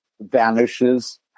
vanishes